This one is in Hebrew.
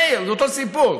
מאיר, זה אותו סיפור.